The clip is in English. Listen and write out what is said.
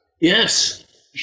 Yes